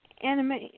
anime